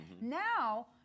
Now